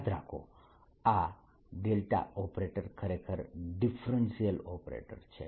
યાદ રાખો આ ∇ ઓપરેટર ખરેખર ડિફરેન્શિયલ ઓપરેટર છે